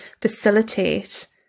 facilitate